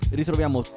ritroviamo